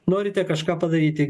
norite kažką padaryti